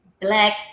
black